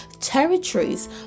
territories